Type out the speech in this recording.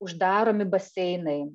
uždaromi baseinai